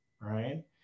right